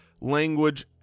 language